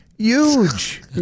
Huge